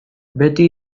beti